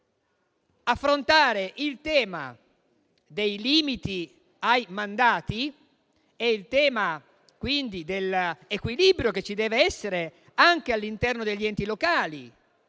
dire affrontare il tema dei limiti ai mandati e il tema quindi dell'equilibrio che ci deve essere anche all'interno degli enti locali,